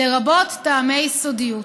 לרבות טעמי סודיות.